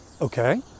okay